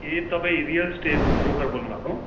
ए तपाई real estate broker बोल्नुभएको